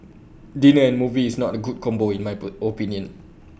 dinner and movie is not A good combo in my opinion